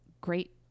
Great